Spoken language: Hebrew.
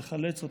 לחלץ אותו.